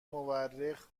مورخ